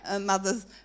mother's